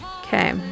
Okay